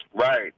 Right